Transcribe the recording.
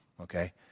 Okay